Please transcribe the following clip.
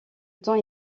temps